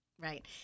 Right